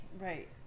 Right